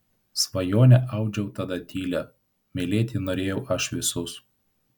svajonę audžiau tada tylią mylėti norėjau aš visus